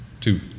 Two